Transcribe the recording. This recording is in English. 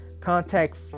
contact